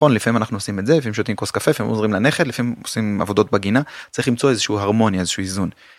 לפעמים אנחנו עושים את זה, לפעמים שותים כוס קפה, לפעמים עוזרים לנכד, לפעמים עושים עבודות בגינה... צריך למצוא איזה שהוא הרמוניה, איזשהו איזון.